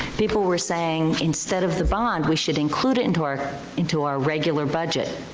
people were saying, instead of the bond, we should include it into our into our regular budget.